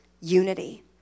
unity